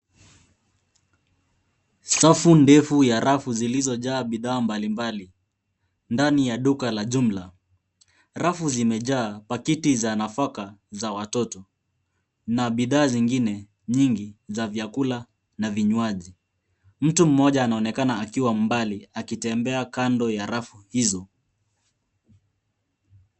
Safu ndefu ya rafu zilizojaa bidhaa mbalimbali ndani ya duka la jumla. Rafu zimejaa pakiti za nafaka za watoto na bidhaa nyingine nyingi za vyakula na vinywaji. Mtu mmoja anaonekana akiwa mbali, akitembea kando ya rafu hizo.